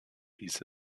hieße